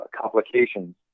complications